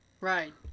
Right